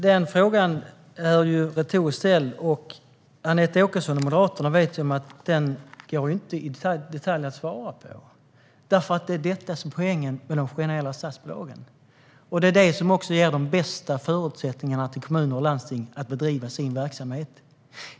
Herr talman! Den frågan är retorisk. Anette Åkesson och Moderaterna vet att det inte går att svara på den i detalj, och det är det som är poängen med de generella statsbidragen. Det ger också de bästa förutsättningarna för kommuner och landsting att bedriva sin verksamhet.